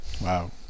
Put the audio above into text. Wow